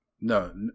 No